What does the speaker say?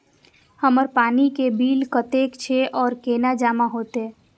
हमर पानी के बिल कतेक छे और केना जमा होते?